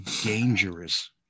dangerous